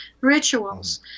rituals